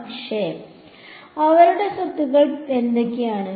പിന്നെ അവരുടെ സ്വത്തുക്കൾ എന്തൊക്കെയാണ്